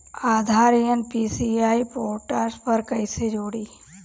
आधार NPCI portal पर कईसे जोड़ी?